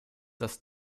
dass